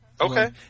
Okay